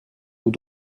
aux